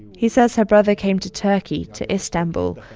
he says her brother came to turkey, to istanbul,